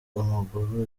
amaguru